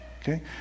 okay